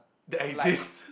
that exist